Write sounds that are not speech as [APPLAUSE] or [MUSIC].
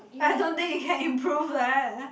[LAUGHS] I don't think he can improve leh